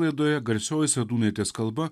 laidoje garsioji sadūnaitės kalba